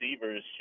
receivers